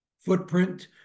footprint